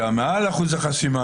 אתה מעל אחוז החסימה,